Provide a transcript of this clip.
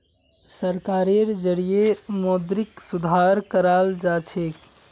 सरकारेर जरिएं मौद्रिक सुधार कराल जाछेक